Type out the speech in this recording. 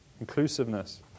Inclusiveness